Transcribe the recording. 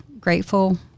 grateful